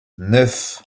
neuf